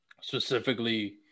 specifically